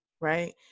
Right